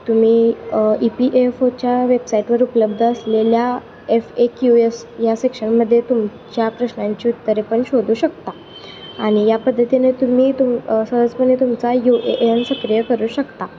तुम्ही E P F ओच्या वेबसाईटवर उपलब्ध असलेल्या एफ ए क्यू एस या सेक्शनमध्ये तुमच्या प्रश्नांचे उत्तरे पण शोधू शकता आणि या पद्धतीने तुम्ही तुम सहजपणे तुमचा यू ए एन सक्रिय करू शकता